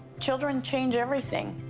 children change everything.